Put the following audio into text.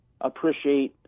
appreciate